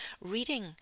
reading